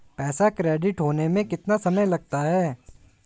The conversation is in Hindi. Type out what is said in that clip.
पैसा क्रेडिट होने में कितना समय लगता है?